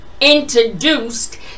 introduced